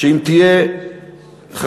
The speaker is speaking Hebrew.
שאם תהיה חכם,